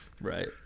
Right